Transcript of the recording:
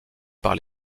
par